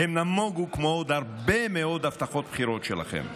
הן נמוגו כמו עוד הרבה מאוד הבטחות בחירות שלכם.